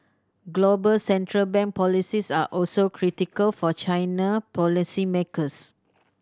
global central bank policies are also critical for China policy makers